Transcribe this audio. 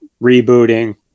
rebooting